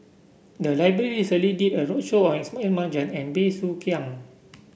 the library recently did a roadshow on Ismail Marjan and Bey Soo Khiang